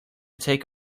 take